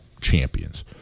champions